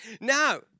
Now